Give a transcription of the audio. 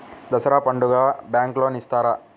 దసరా పండుగ bank loan ఇస్తారా?